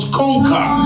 conquer